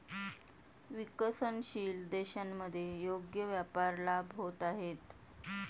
विकसनशील देशांमध्ये योग्य व्यापार लाभ होत आहेत